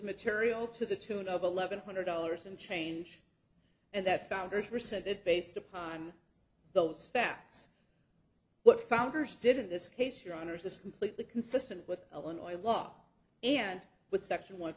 material to the tune of eleven hundred dollars and change and that founders rescinded based upon those facts what founders did in this case your honor is this completely consistent with illinois law and with section one